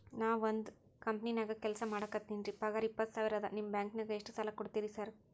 ನಾನ ಒಂದ್ ಕಂಪನ್ಯಾಗ ಕೆಲ್ಸ ಮಾಡಾಕತೇನಿರಿ ಪಗಾರ ಇಪ್ಪತ್ತ ಸಾವಿರ ಅದಾ ನಿಮ್ಮ ಬ್ಯಾಂಕಿನಾಗ ಎಷ್ಟ ಸಾಲ ಕೊಡ್ತೇರಿ ಸಾರ್?